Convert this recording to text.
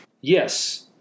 Yes